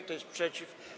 Kto jest przeciw?